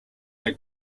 are